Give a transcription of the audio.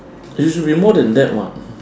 it should be more than that [what]